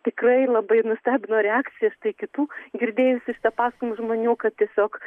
tikrai labai nustebino reakcijos tai kitų girdėjusių tą pasakojimą žmonių kad tiesiog